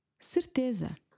Certeza